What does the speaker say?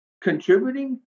contributing